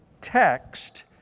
text